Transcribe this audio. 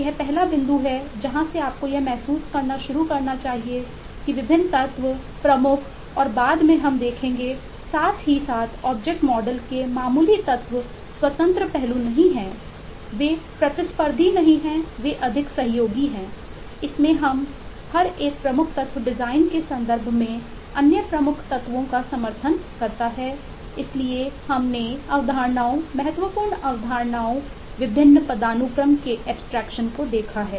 यह contractual interface को देखा है